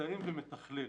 מתאם ומתכלל.